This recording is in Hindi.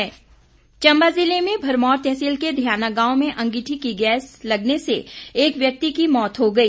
घटना चम्बा ज़िले में भरमौर तहसील के ध्याना गांव में अंगीठी की गैस लगने से एक व्यक्ति की मौत हो गई